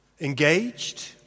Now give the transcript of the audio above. engaged